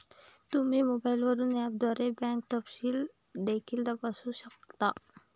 तुम्ही मोबाईलवरून ऍपद्वारे बँक तपशील देखील तपासू शकता